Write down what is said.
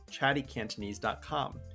chattycantonese.com